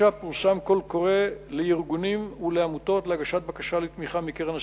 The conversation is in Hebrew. פורסם קול קורא לארגונים ולעמותות להגשת בקשה לתמיכה מקרן הסיוע.